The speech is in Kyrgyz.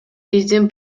биздин